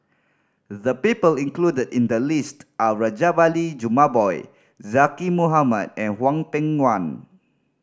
the people included in the list are Rajabali Jumabhoy Zaqy Mohamad and Hwang Peng Yuan